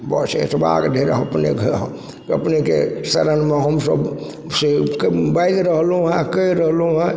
बस अतबाके धरि हम अपनेके शरणमे हमसब से बाजि रहलहुँ हेँ आओर कहि रहलहुँ हेँ